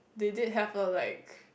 they did have a like